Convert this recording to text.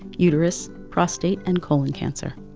uterus, prostate and colon cancer.